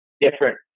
different